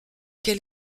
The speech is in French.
quel